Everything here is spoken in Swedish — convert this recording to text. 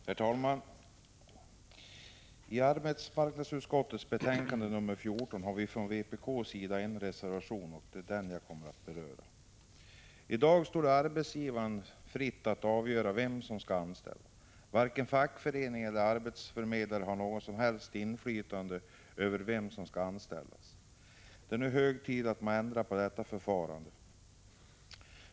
Herr talman! I arbetsmarknadsutskottets betänkande 14 finns en reservation från vpk:s sida, och det är den jag kommer att beröra. I dag står det arbetgivaren fritt att avgöra vem som skall anställas. Varken fackförening eller arbetsförmedlare har något som helst inflytande över vem som skall anställas. Det är nu hög tid att man ändrar på detta förfarande.